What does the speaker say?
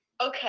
Okay